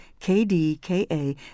KDKA